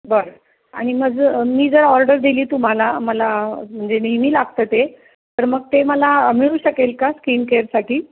बरं आणि माझं मी जर ऑर्डर दिली तुम्हाला मला म्हणजे नेहमी लागतं ते तर मग ते मला मिळू शकेल का स्किन केअरसाठी